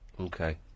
Okay